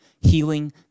healing